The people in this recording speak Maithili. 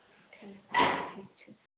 ठीक छै